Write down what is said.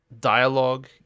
dialogue